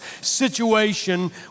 situation